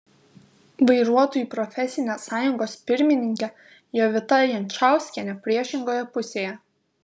vairuotojų profesinė sąjungos pirmininkė jovita jančauskienė priešingoje pusėje